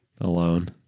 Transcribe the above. alone